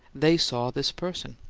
they saw this person.